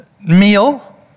meal